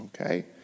Okay